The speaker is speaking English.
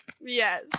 yes